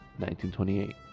1928